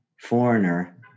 foreigner